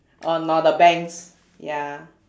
or nor the banks ya